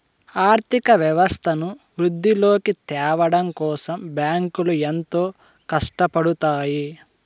ఆర్థిక వ్యవస్థను వృద్ధిలోకి త్యావడం కోసం బ్యాంకులు ఎంతో కట్టపడుతాయి